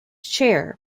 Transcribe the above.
chair